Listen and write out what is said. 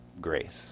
Grace